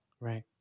Right